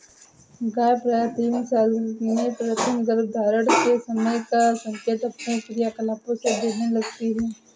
गाय प्रायः तीन साल में प्रथम गर्भधारण के समय का संकेत अपने क्रियाकलापों से देने लगती हैं